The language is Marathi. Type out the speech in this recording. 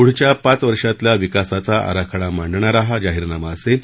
पुढच्या पाच वर्षातल्या विकासाचा आराखडा मांडणारा हा जाहीरनामा असेल